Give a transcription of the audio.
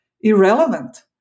irrelevant